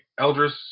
Eldris